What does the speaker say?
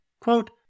Quote